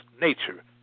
nature